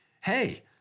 Hey